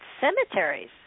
cemeteries